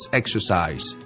exercise